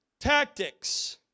tactics